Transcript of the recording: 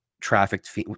trafficked